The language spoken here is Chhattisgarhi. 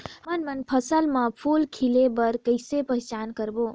हमन मन फसल म फूल खिले बर किसे पहचान करबो?